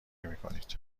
میکنید